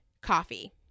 coffee